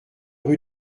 rue